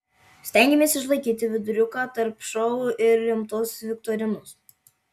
stengėmės išlaikyti viduriuką tarp šou ir rimtos viktorinos